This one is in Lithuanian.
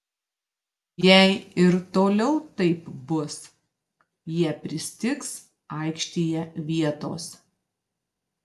jei ir toliau taip bus jie pristigs aikštėje vietos